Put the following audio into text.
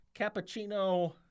cappuccino